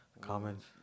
Comments